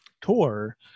tour